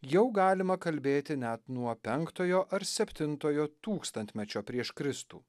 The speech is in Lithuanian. jau galima kalbėti net nuo penktojo ar septintojo tūkstantmečio prieš kristų